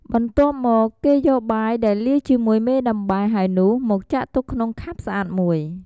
បន្ទាប់មកគេយកបាយដែលលាយជាមួយមេដំបែហើយនោះមកចាក់ទុកក្នុងខាប់ស្អាតមួយ។